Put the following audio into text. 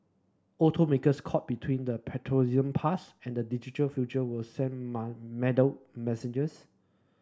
automakers caught between the petroleum past and the digital future will send muddled messages